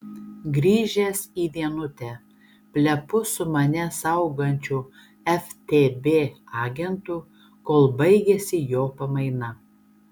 grįžęs į vienutę plepu su mane saugančiu ftb agentu kol baigiasi jo pamaina